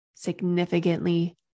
significantly